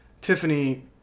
Tiffany